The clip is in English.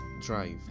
drive